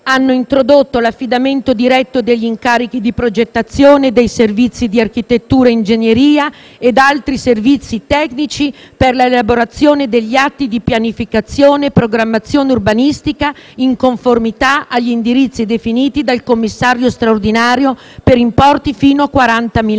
hanno: - introdotto l'affidamento diretto degli incarichi di progettazione e dei servizi di architettura e ingegneria ed altri servizi tecnici e per l'elaborazione degli atti di pianificazione e programmazione urbanistica in conformità agli indirizzi definiti dal Commissario straordinario per importi fino a 40.000 euro.